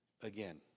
again